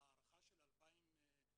בהערכה של 2018,